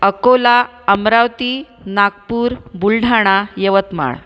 Akola Amravati Nagpur Buldhana Yavatmal